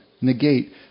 negate